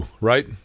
right